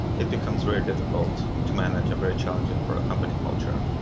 it becomes very difficult to manage and very challenging for a company culture.